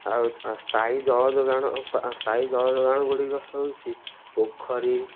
ଆଉ ସ୍ଥାୟୀ ଜଳଯୋଗାଣ ସ୍ଥାୟୀ ଜଳଯୋଗାଣ ଗୁଡ଼ିକ ହେଉଛି ପୋଖରୀ